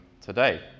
today